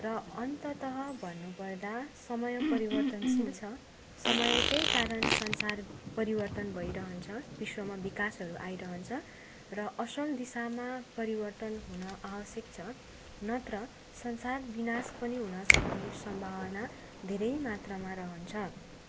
र अन्तत भन्नुपर्दा समय परिवर्तनशील छ समयकै कारण संसार परिवर्तन भइरहन्छ विश्वमा विकासहरू आइरहन्छ र असल दिशामा परिवर्तन हुन आवश्यक छ नत्र संसार विनाश पनि हुनसक्ने सम्भावना धेरै मात्रामा रहन्छ